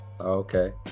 okay